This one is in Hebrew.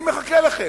אני מחכה לכם.